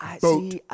Boat